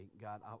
God